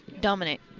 dominate